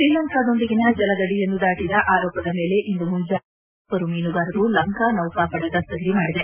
ಶ್ರೀಲಂಕಾದೊಂದಿಗಿನ ಜಲದಡಿಯನ್ನು ದಾಟದ ಆರೋಪದ ಮೇಲೆ ಇಂದು ಮುಂಜಾನೆ ತಮಿಳುನಾಡಿನ ನಾಲ್ವರು ಮೀನುಗಾರರನ್ನು ಲಂಕಾ ಸೌಕಾಪಡೆ ದಸ್ತಗಿರಿ ಮಾಡಿದೆ